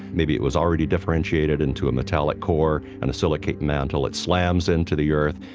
maybe it was already differentiated into a metallic core and a silicate mantle, it slams into the earth,